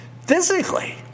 physically